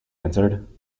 answered